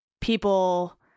people